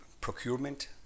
procurement